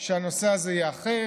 שהנושא הזה ייאכף.